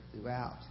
throughout